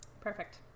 Perfect